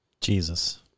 Jesus